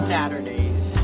Saturdays